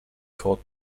court